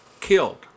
killed